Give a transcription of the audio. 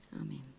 Amen